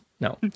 No